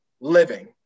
living